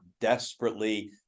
desperately